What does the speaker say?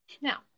Now